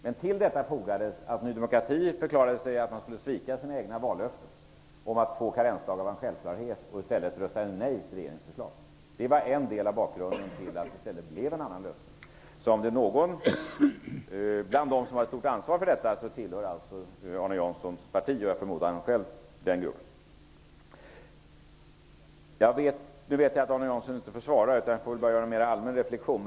Dessutom förklarade Ny demokrati att man skulle svika sina egna vallöften om att två karensdagar var en självklarhet. I stället röstade man nej till regeringens förslag. Det är en del av bakgrunden till att det blev en annan lösning. Bland dem som har ett stort ansvar för detta finns alltså Arne Janssons parti och -- som jag förmodar -- han själv. Jag vet att Arne Jansson inte har någon ytterligare replik, så jag får nöja mig med en allmän reflexion.